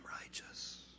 righteous